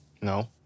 No